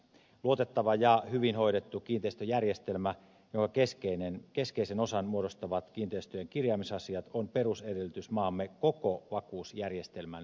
luotettava ja hyvin hoidettu kiinteistöjärjestelmä jonka keskeisen osan muodostavat kiinteistöjen kirjaamisasiat on perusedellytys maamme koko vakuusjärjestelmän toimivuudelle